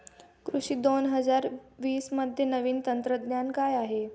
कृषी दोन हजार वीसमध्ये नवीन तंत्रज्ञान काय आहे?